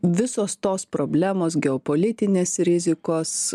visos tos problemos geopolitinės rizikos